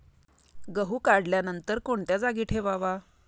गहू काढल्यानंतर कोणत्या जागी ठेवावा?